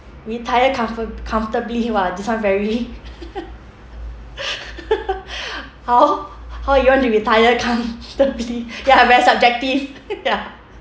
retire comfor~ comfortably !wah! this one very how how you want to retire comfortably ya very subjective ya